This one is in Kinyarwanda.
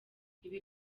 ibi